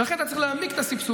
ולכן אתה צריך להעמיק את הסבסוד,